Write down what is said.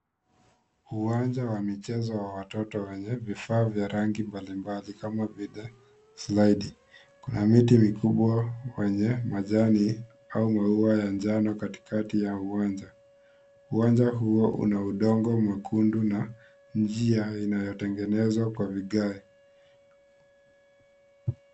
Uwanja wa michezo wa watoto wenye vifaa vya rangi mbalimbali kama slide . Kuna miti mikubwa wenye majani au maua ya njano katikati ya uwanja. Uwanja huo una udongo mwekundu na njia inayotengenezwa kwa vigae.